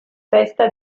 festa